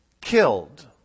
killed